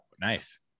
nice